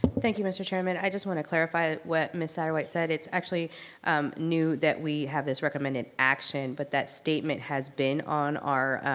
thank you, mr. chairman, i just wanna clarify what miss saderwhite said. it's actually new that we have this recommended action but that statement has been on our